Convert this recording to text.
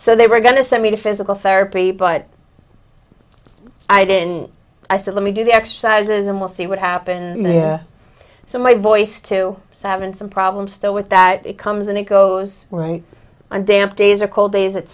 so they were going to send me to physical therapy but i didn't i said let me do the exercises and we'll see what happens so my voice to seven some problem still with that it comes and it goes right on damp days or cold days